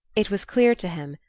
it was clear to him,